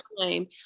time